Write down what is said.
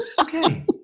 okay